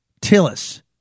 Tillis